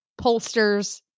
pollsters